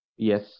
Yes